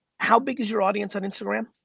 how big is your audience on instagram?